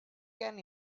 can